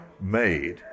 made